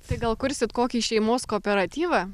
tai gal kursit kokį šeimos kooperatyvą